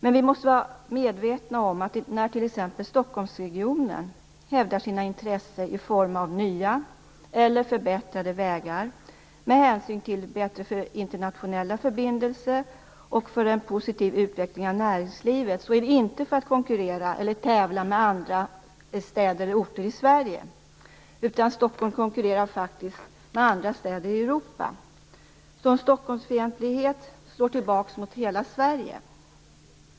Men vi måste vara medvetna om att när t.ex. Stockholmsregionen hävdar sina intressen i form av nya eller förbättrade vägar för bättre internationella förbindelser och för en positiv utveckling av näringslivet, så är det inte för att konkurrera eller tävla med andra städer och orter i Sverige. Stockholm konkurrerar faktiskt med andra städer i Europa. Stockholmsfientlighet slår alltså tillbaka mot hela Sverige.